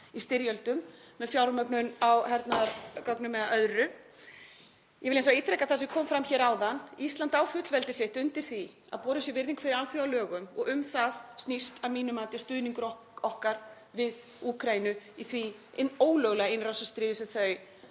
í styrjöldum með fjármögnun á hernaðargögnum eða öðru. Ég vil hins vegar ítreka það sem kom fram hér áðan: Ísland á fullveldi sitt undir því að borin sé virðing fyrir alþjóðalögum og um það snýst að mínu mati stuðningur okkar við Úkraínu í því ólöglega innrásarstríði sem þau